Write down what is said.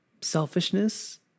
Selfishness